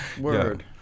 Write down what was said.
Word